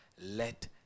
let